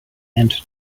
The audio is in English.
and